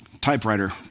typewriter